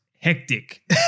hectic